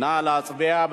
נא להצביע.